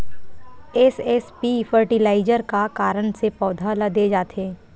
SSP fertiliser का कारण से पौधा ल दे जाथे?